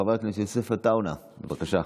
חבר הכנסת יוסף עטאונה, בבקשה.